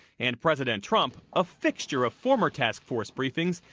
and president trump, a fixture of former task force briefings,